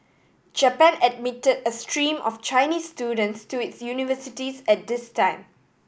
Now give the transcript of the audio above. Japan admitted a stream of Chinese students to its universities at this time